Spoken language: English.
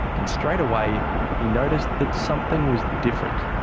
and straight away he noticed that something was different.